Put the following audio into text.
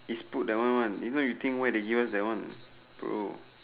it's put that one one if not you think why they give us that one bro